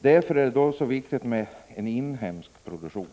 Därför är det så viktigt att ha en inhemsk produktion.